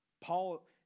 Paul